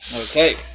Okay